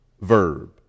verb